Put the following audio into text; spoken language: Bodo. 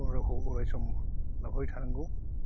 बर' रावखौ अरायसम लाफाबाय थानांगौ